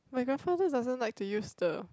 my grandfather doesn't like to use the